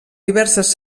diverses